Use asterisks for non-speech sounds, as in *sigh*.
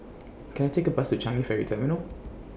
*noise* Can I Take A Bus to Changi Ferry Terminal